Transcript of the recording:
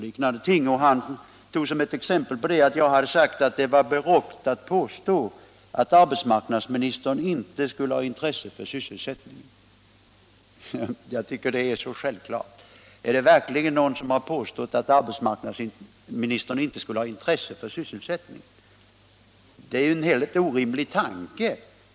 Som ett exempel på det anförde han att jag hade sagt att det var barockt att påstå att arbetsmarknadsministern inte skulle ha intresse för sysselsättningen. Jag tycker det är självklart. Är det verkligen någon som har påstått att arbetsmarknadsministern inte skulle ha intresse för sysselsättningen? Det är en helt orimlig tanke.